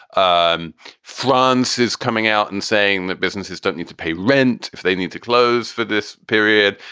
um france is coming out and saying that businesses don't need to pay rent if they need to close for this period,